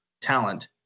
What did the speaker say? talent